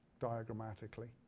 diagrammatically